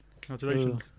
congratulations